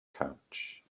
couch